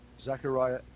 Zechariah